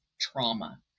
trauma